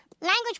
Language